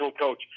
coach